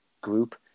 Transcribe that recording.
group